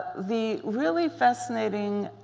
the really fascinating